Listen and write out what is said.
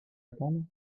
attendre